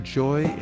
joy